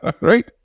right